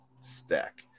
stack